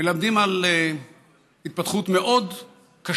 מלמד על התפתחות מאוד קשה,